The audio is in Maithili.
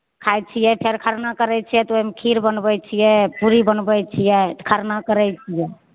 खाय छियै फेर खरना करै छियै तऽ ओहिमे खीर बनबै छियै पूरी बनबै छियै तऽ खरना करै छियै